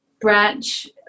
branch